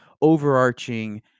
overarching